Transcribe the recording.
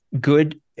good